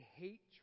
hate